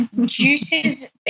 juices